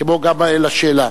כמו בשאלה.